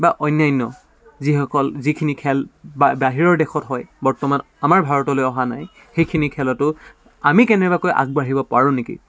বা অন্যান্য যিসকল যিখিনি খেল বা বাহিৰৰ দেশত হয় বৰ্তমান আমাৰ ভাৰতলৈ অহা নাই সেইখিনি খেলতো আমি কেনেবাকৈ আগবাঢ়িব পাৰোঁ নেকি